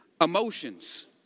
emotions